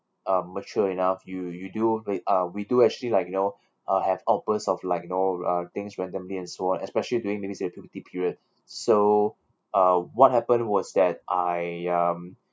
uh mature enough you you do wait uh we do actually like you know uh have outburst of like you know uh things randomly and so on especially during let me say puberty period so uh what happened was that I um